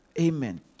Amen